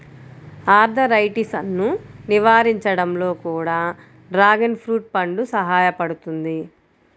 ఆర్థరైటిసన్ను నివారించడంలో కూడా డ్రాగన్ ఫ్రూట్ పండు సహాయపడుతుంది